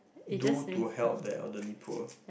do to help the elderly poor